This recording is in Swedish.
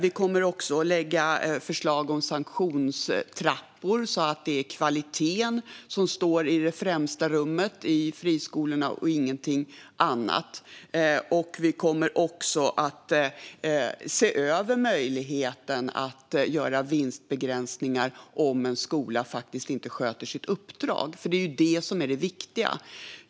Vi kommer också att lägga fram förslag om sanktionstrappor så att det är kvaliteten och ingenting annat som står i främsta rummet i friskolorna. Vi kommer också att se över möjligheten att göra vinstbegränsningar om en skola faktiskt inte sköter sitt uppdrag, för det är ju det som är det viktiga.